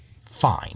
fine